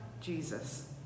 Jesus